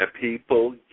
People